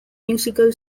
musical